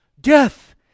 Death